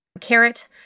Carrot